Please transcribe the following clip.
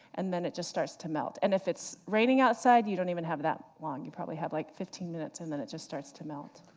and then it just starts to melt. and if it's raining outside, you don't even have that long. you probably have like fifteen minutes, and then it just starts to melt.